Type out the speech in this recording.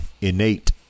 Innate